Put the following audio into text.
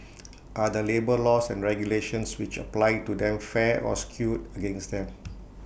are the labour laws and regulations which apply to them fair or skewed against them